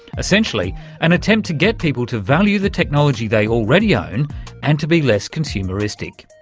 essentially an attempt to get people to value the technology they already own and to be less consumeristic.